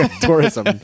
tourism